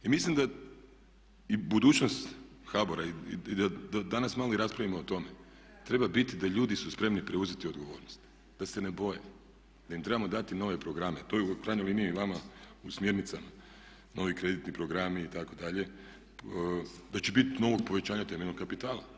I mislim da je i budućnost HBOR-a i da danas malo i raspravimo o tome, treba biti da ljudi su spremni preuzeti odgovornost, da se ne boje, da im trebamo dati nove programe, to je u krajnjoj liniji i nama u smjernicama novi kreditni programi itd., da će biti novog povećanja temeljnog kapitala.